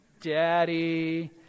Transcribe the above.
daddy